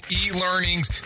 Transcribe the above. e-learnings